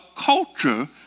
culture